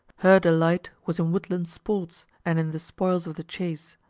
her delight was in woodland sports and in the spoils of the chase.